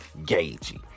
Gagey